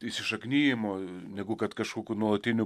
įsišaknijimo negu kad kažkokių nuolatinių